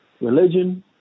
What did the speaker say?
religion